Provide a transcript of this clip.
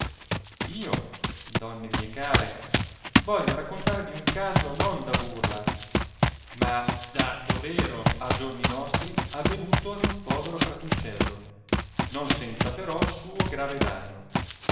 io donne mie care voglio raccontarvi un caso non da burla ma da dovero a giorni nostri avenuto ad un povero fratuncello non senza però suo grave danno